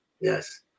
Yes